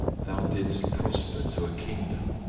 thou didst prosper to a kingdom.